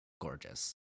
gorgeous